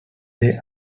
they